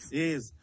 yes